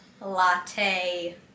latte